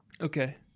okay